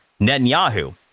Netanyahu